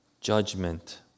judgment